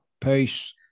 peace